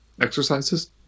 exercises